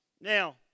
Now